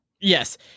Yes